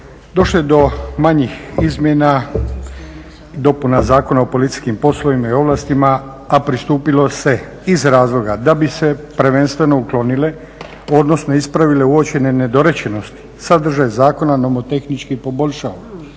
Došlo je do manjih izmjena dopuna Zakona o policijskim poslovima i ovlastima, a pristupilo se iz razloga da bi se prvenstveno uklonile, odnosno ispravile uočene nedorečenosti, sadržaj zakona nomotehnički poboljšao.